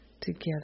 together